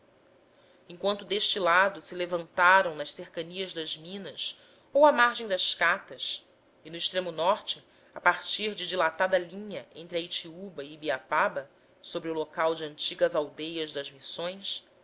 enquanto deste lado se levantaram nas cercanias das minas ou à margem das catas e no extremo norte a partir de dilatada linha entre a itiúba e ibiapaba sobre o local de antigas aldeias das missões